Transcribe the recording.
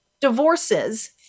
divorces